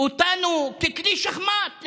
אותנו ככלי שחמט.